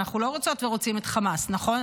אנחנו לא רוצות ורוצים את חמאס, נכון?